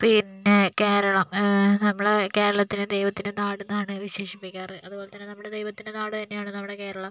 പിന്നെ കേരളം നമ്മുടെ കേരളത്തിനെ ദൈവത്തിൻ്റെ നാടെന്നാണ് വിശേഷിപ്പിക്കാറ് അതുപോലെ തന്നെ നമ്മുടെ ദൈവത്തിൻ്റെ നാട് തന്നെയാണ് നമ്മുടെ കേരളം